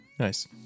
Nice